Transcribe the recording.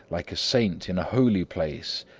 like a saint in a holy place,